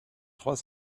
trois